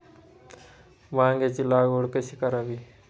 वांग्यांची लागवड कशी करावी?